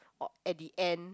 or at the end